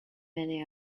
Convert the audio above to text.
many